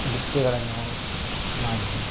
ನೃತ್ಯಗಳನ್ನು ಮಾಡಿದ್ದೇನೆ